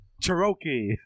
Cherokee